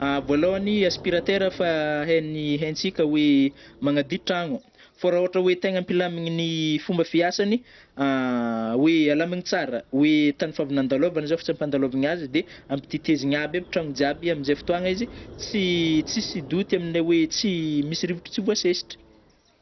Vôlôhagny aspirateur fa hainy haintsika oe magnadio tragno, fô ra ôhatra oe tegna ampilamigny fomba fiasany a oe alamigny tsara oe tagny f'avy nandalôvagny zao f' tsy ampandalovigny azy de amptitezigny aby aby tragno jiaby amzay fotoagna izy tsy - tsisy douty amle oe tsy misy rivotro tsy voasesitry.